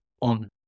on